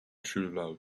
truelove